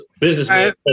businessman